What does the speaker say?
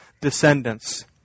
descendants